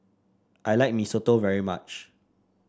I like Mee Soto very much